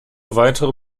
weitere